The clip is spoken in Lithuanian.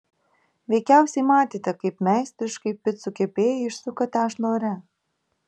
veikiausiai matėte kaip meistriškai picų kepėjai išsuka tešlą ore